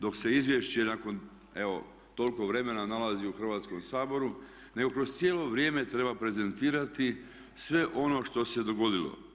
Dok se izvješće nakon evo toliko vremena nalazi u Hrvatskom saboru nego kroz cijelo vrijeme treba prezentirati sve ono što se dogodilo.